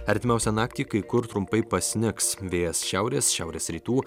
artimiausią naktį kai kur trumpai pasnigs vėjas šiaurės šiaurės rytų